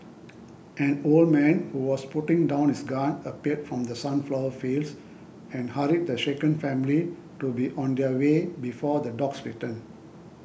an old man who was putting down his gun appeared from the sunflower fields and hurried the shaken family to be on their way before the dogs return